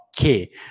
Okay